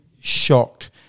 shocked